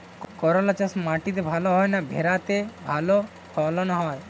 করলা চাষ মাটিতে ভালো না ভেরাতে ভালো ফলন হয়?